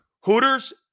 Hooters